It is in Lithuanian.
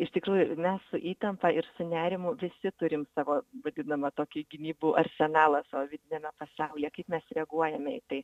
iš tikrųjų mes su įtampa ir su nerimu visi turim savo vadinamą tokį gynybų arsenalą savo vidiniame pasaulyje kaip mes reaguojame į tai